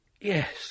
Yes